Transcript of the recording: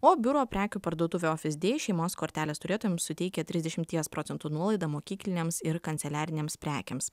o biuro prekių parduotuvė ofis dei šeimos kortelės turėtojams suteikia trisdešimties procentų nuolaidą mokyklinėms ir kanceliarinėms prekėms